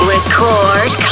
Record